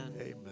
Amen